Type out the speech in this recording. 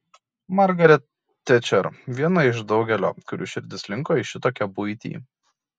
margaret tečer viena iš daugelio kurių širdis linko į šitokią buitį